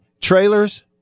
trailers